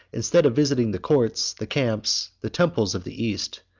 instead of visiting the courts, the camps, the temples, of the east,